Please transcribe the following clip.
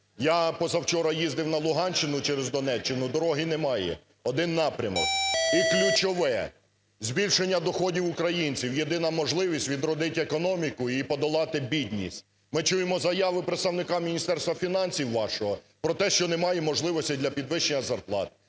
Я позавчора їздив на Луганщину через Донеччину, дороги немає, один напрямок. І ключове. Збільшення доходів українців - єдина можливість відродити економіку і подолати бідність. Ми чуємо заяви представника Міністерства фінансів вашого про те, що немає можливостей для підвищення зарплат.